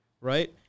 right